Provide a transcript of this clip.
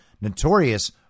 notorious